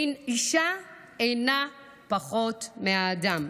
שהאישה אינה פחות מהאדם.